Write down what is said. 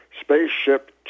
Spaceship